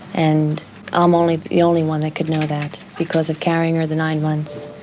and i'm only the only one that can know that because of carrying her the nine months,